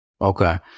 Okay